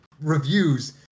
reviews